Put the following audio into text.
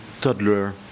toddler